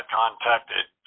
contacted